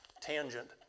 tangent